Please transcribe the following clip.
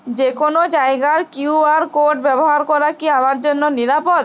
যে কোনো জায়গার কিউ.আর কোড ব্যবহার করা কি আমার জন্য নিরাপদ?